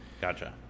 Gotcha